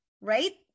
right